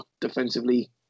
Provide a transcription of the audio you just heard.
defensively